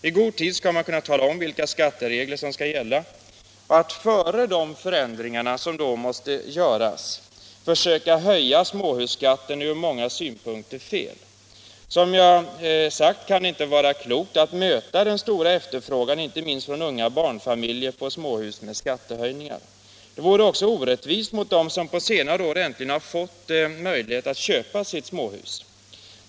I god tid skall man kunna tala om vilka skatteregler som skall gälla. Att före de förändringar som då måste göras försöka höja småhusskatten är ur många synpunkter felaktigt. Som jag nämnt kan det inte vara klokt att möta den stora efterfrågan på småhus, inte minst från unga barnfamiljer, med skattehöjningar. Att införa skattehöjningar vore också orättvist mot dem som på senare år äntligen har fått möjlighet att köpa sitt småhus.